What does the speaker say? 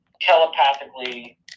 telepathically